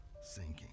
sinking